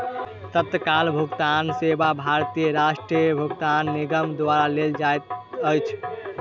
तत्काल भुगतान सेवा भारतीय राष्ट्रीय भुगतान निगम द्वारा देल जाइत अछि